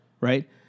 right